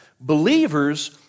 believers